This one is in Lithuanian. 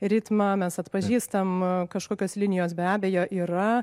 ritmą mes atpažįstam kažkokios linijos be abejo yra